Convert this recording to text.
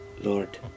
Lord